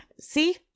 See